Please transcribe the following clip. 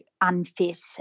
unfit